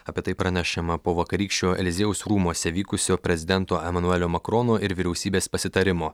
apie tai pranešama po vakarykščio eliziejaus rūmuose vykusio prezidento emanuelio makrono ir vyriausybės pasitarimo